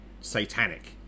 satanic